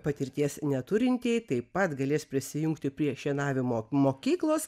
patirties neturintieji taip pat galės prisijungti prie šienavimo mokyklos